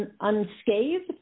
unscathed